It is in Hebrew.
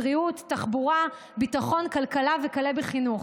החל בבריאות, תחבורה, ביטחון, כלכלה, וכלה בחינוך.